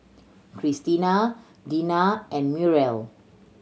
Cristina Deena and Muriel